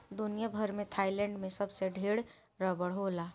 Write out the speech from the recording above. दुनिया भर में थाईलैंड में सबसे ढेर रबड़ होला